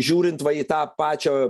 žiūrint va į tą pačią